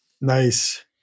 Nice